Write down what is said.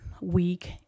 week